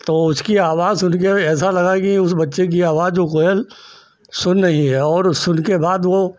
तो उसकी आवाज़ सुनकर ऐसा लगा कि उस बच्चे की आवाज वह कोयल सुन रही है और उस सुनने के बाद वह